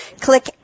click